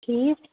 ٹھیٖک